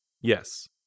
Yes